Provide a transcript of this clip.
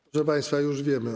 państwa, już wiemy.